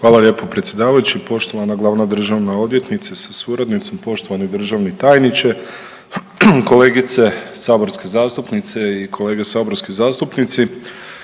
Hvala lijepo predsjedavajući. Poštovana glavna državna odvjetnice sa suradnicom, poštovani državni tajniče, kolegice saborske zastupnice i kolege saborski zastupnici.